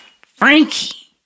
Frankie